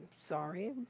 sorry